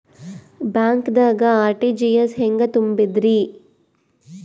ಬ್ಯಾಂಕ್ದಾಗ ಆರ್.ಟಿ.ಜಿ.ಎಸ್ ಹೆಂಗ್ ತುಂಬಧ್ರಿ?